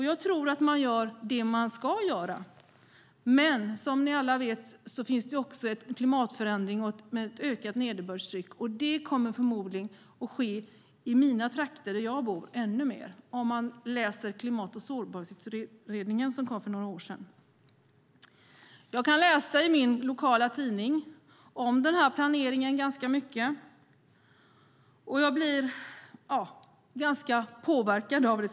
Jag tror att man gör det man ska göra, men som ni alla vet finns det också en klimatförändring med ett ökat nederbördstryck. Det kommer förmodligen att öka ännu mer i de trakter där jag bor. Det kan man läsa i Klimat och sårbarhetsutredningen som kom för några år sedan. I min lokala tidning kan jag läsa om den här planeringen. Jag blir ganska påverkad av det.